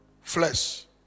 flesh